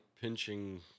pinching